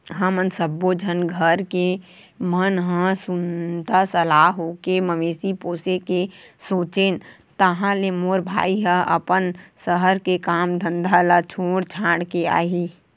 हमन सब्बो झन घर के मन ह सुनता सलाह होके मवेशी पोसे के सोचेन ताहले मोर भाई ह अपन सहर के काम धंधा ल छोड़ छाड़ के आही